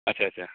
आटसा आटसा